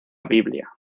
biblia